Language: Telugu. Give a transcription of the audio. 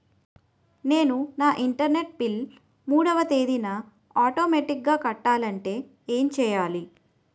నేను నా ఇంటర్నెట్ బిల్ మూడవ తేదీన ఆటోమేటిగ్గా కట్టాలంటే ఏం చేయాలి?